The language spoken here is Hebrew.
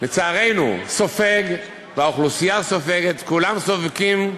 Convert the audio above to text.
לצערנו הוא סופג, והאוכלוסייה סופגת, כולם סופגים,